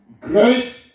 Grace